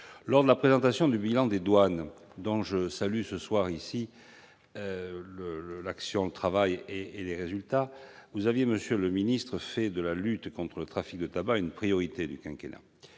Lors de la présentation du bilan des douanes, dont je salue ce soir l'action, le travail et les résultats, vous aviez, monsieur le ministre, fait de la lutte contre le trafic de tabac une priorité du quinquennat.